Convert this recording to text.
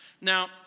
Now